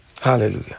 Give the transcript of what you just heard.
Hallelujah